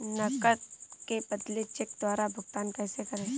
नकद के बदले चेक द्वारा भुगतान कैसे करें?